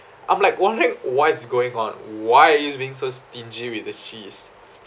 I'm like wondering what's going on why are you so being so stingy with the cheese